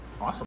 Awesome